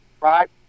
right